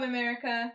America